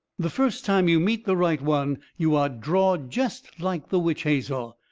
the first time you meet the right one you are drawed jest like the witch hazel.